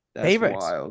Favorites